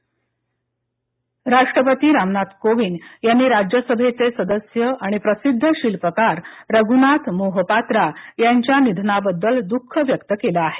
राष्ट्रपती रघुनाथ मोहापात्रा राष्ट्रपती रामनाथ कोविंद यांनी राज्यसभेचे सदस्य आणि प्रसिद्ध शिल्पकार रघुनाथ मोहपात्रा यांच्या निधनाबद्दल दुःख व्यक्त केलं आहे